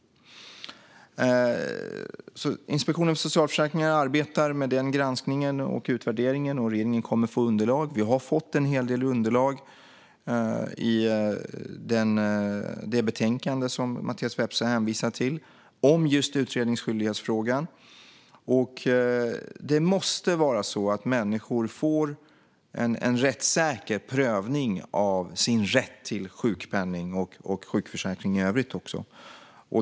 Inspektionen för socialförsäkringen arbetar med den granskningen och utvärderingen, och regeringen kommer att få underlag. Vi har också fått en hel del underlag i det betänkande som Mattias Vepsä hänvisar till vad gäller utredningsskyldighetsfrågan. Det måste vara så att människor får en rättssäker prövning av sin rätt till sjukpenning och även sjukförsäkring i övrigt.